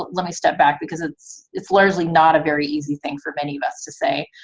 let me step back because it's, it's largely not a very easy thing for many of us to say.